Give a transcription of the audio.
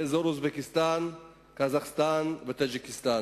מאוזבקיסטן, קזחסטן וטג'יקיסטן.